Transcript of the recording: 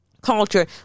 culture